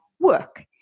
work